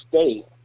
State